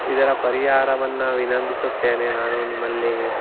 ಇದರ ಪರಿಹಾರವನ್ನು ವಿನಂತಿಸುತ್ತೇನೆ ನಾನು ನಿಮ್ಮಲ್ಲಿ